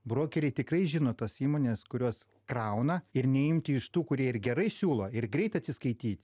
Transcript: brokeriai tikrai žino tas įmones kurios krauna ir neimti iš tų kurie ir gerai siūlo ir greit atsiskaityt